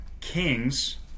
kings